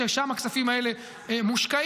שם הכספים האלה מושקעים,